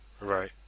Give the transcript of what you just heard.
Right